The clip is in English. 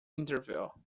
interview